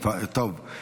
--- טוב.